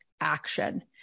action